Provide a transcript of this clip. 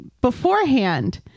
Beforehand